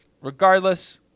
Regardless